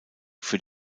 für